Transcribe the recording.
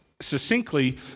Succinctly